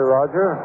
Roger